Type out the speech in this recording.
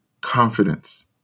confidence